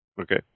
Okay